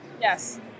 Yes